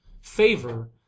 favor